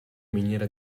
miniera